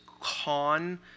con